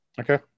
Okay